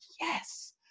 yes